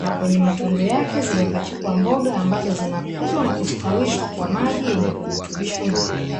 na kwenye matundu yake zimepachikwa mboga ambazo zinakuzwa na kustawishwa kwa maji yenye virutubisho muhimu.